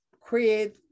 create